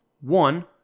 One